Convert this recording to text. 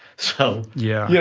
so yeah. yeah